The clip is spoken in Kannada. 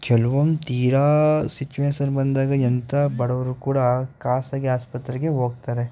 ಕೆಲ್ವೊಂದು ತೀರಾ ಸಿಚುವೇಸನ್ ಬಂದಾಗ ಎಂಥ ಬಡವರು ಕೂಡಾ ಖಾಸಗಿ ಆಸ್ಪತ್ರೆಗೆ ಹೋಗ್ತಾರೆ